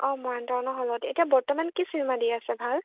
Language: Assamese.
অঁ মৰাণহাটৰ হ'লত এতিয়া বৰ্তমান কি চিনেমা দি আছে ভাল